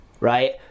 Right